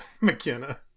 mckenna